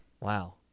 Wow